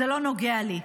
זה לא נוגע לי.